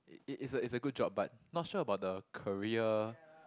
it it's a it's a good job but not sure about the career